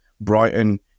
Brighton